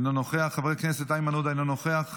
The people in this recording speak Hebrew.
אינו נוכח, חבר הכנסת איימן עודה, אינו נוכח,